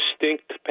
distinct